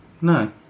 No